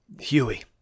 Huey